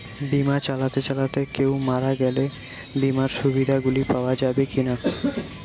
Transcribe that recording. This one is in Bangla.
বিমা চালাতে চালাতে কেও মারা গেলে বিমার সুবিধা গুলি পাওয়া যাবে কি না?